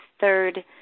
third